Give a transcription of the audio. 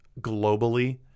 globally